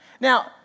Now